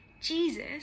Jesus